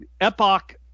Epoch